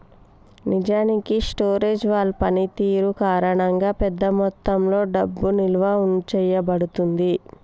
నిజానికి storage wall పనితీరు కారణంగా పెద్ద మొత్తంలో డబ్బు నిలువ చేయబడుతుంది